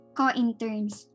co-interns